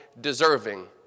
deserving